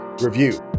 review